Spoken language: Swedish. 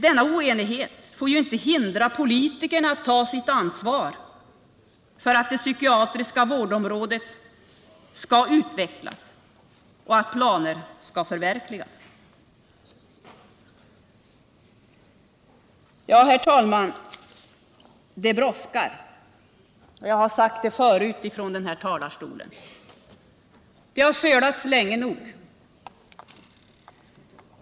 Den oenigheten får dock inte hindra politikerna från att ta sitt ansvar för att det psykiatriska vårdområdet skall utvecklas och att planer skall förverkligas. Herr talman! Det brådskar. Jag har sagt det förut från den här talarstolen. Det har sölats länge nog.